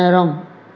நேரம்